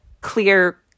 clear